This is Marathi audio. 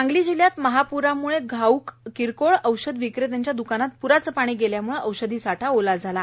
सांगली जिल्ह्यात महापूरामूळे घाऊकए किरकोळ औषध विक्रेत्यांच्या द्कानात प्राचं पाणी गेल्याम्ळे औषधी साठा ओला झाला आहे